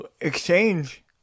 exchange